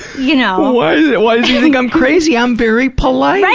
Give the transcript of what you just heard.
you know. why does he think i'm crazy? i'm very polite.